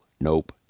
nope